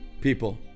people